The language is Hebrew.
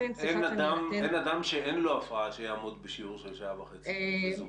אין אדם שאין לו הפרעה שיעמוד בשיעור של שעה וחצי בזום.